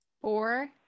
Four